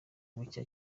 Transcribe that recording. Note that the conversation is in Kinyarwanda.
gutya